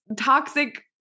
toxic